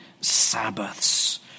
Sabbaths